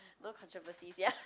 no controversy ya